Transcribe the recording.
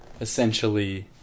essentially